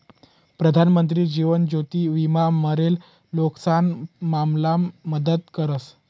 प्रधानमंत्री जीवन ज्योति विमा मरेल लोकेशना मामलामा मदत करस